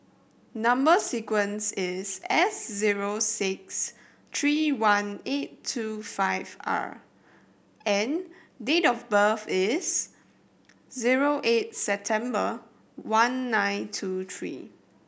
number sequence is S zero six three one eight two five R and date of birth is zero eight September one nine two three